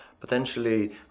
Potentially